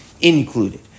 included